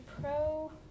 pro